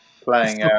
playing